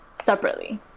separately